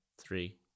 three